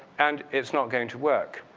and it's not going to work.